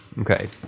Okay